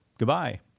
Goodbye